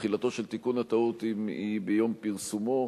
שתחילתו של תיקון הטעות היא ביום פרסומו,